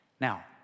Now